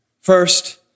First